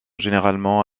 généralement